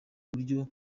buryo